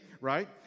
right